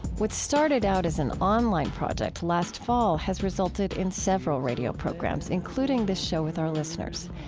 what started out as an online project last fall has resulted in several radio programs, including this show with our listeners,